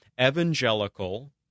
evangelical